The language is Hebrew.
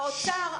האוצר,